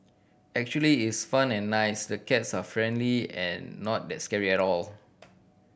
actually is fun and nice the cats are friendly and not that scary at all